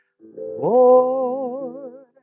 Lord